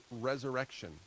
resurrection